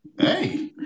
Hey